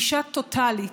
אישה טוטלית,